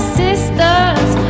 sisters